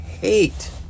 hate